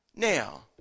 Now